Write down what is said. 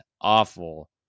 awful